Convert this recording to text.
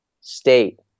State